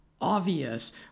obvious